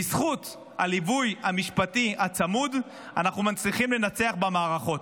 בזכות הליווי המשפטי הצמוד אנחנו מצליחים לנצח במערכות.